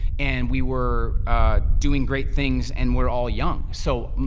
and we were doing great things, and we're all young. so,